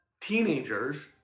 teenagers